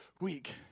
week